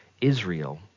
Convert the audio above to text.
Israel